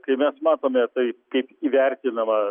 kai mes matome tai kaip įvertinama